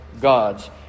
God's